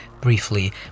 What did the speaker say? Briefly